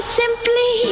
simply